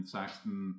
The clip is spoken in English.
Saxton